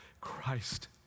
Christ